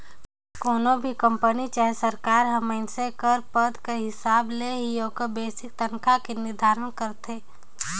कोनो भी कंपनी चहे सरकार हर मइनसे कर पद कर हिसाब ले ही ओकर बेसिक तनखा के निरधारन करथे